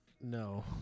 No